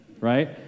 right